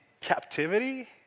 captivity